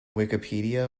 wikipedia